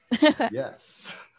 yes